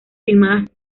filmadas